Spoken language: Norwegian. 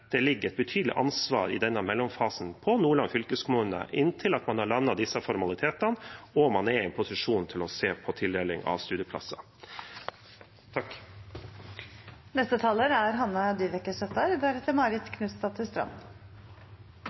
det i denne mellomfasen ligger et betydelig ansvar på Nordland fylkeskommune inntil man har landet disse formalitetene og man er i en posisjon til å se på tildeling av studieplasser.